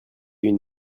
une